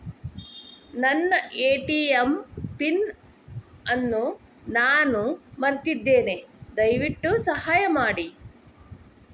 ನನ್ನ ATM PIN ಅನ್ನು ನಾನು ಮರೆತಿದ್ದೇನೆ, ದಯವಿಟ್ಟು ಸಹಾಯ ಮಾಡಿ